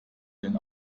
den